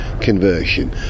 conversion